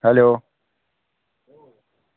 hello